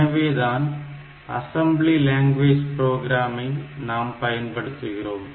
எனவேதான் assembly language புரோகிராமை நாம் பயன்படுத்துகிறோம்